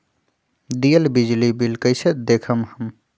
दियल बिजली बिल कइसे देखम हम?